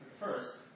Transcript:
First